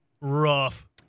rough